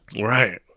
Right